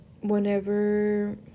whenever